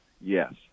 Yes